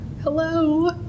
hello